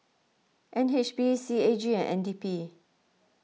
N H B C A G and N D P